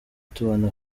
tubona